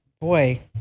Boy